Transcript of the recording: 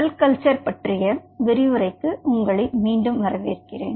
செல் culture பற்றிய விரிவுரைக்கு உங்களை மீண்டும் வரவேற்கிறேன்